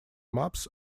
maps